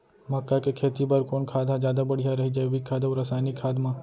मक्का के खेती बर कोन खाद ह जादा बढ़िया रही, जैविक खाद अऊ रसायनिक खाद मा?